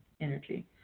energy